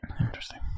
Interesting